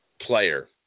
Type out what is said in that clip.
player